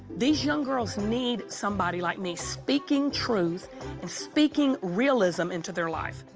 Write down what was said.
these young girls need somebody like me speaking truth and speaking realism into their life.